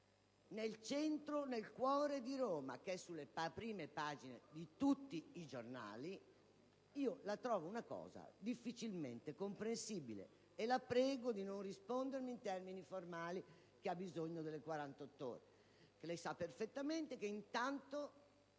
città, nel cuore di Roma, fatti che sono sulle prime pagine di tutti i giornali, mi sembra una cosa difficilmente comprensibile. La prego di non rispondermi in termini formali dicendo che ha bisogno delle 48 ore.